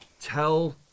tell